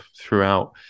throughout